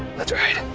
let's ride.